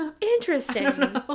Interesting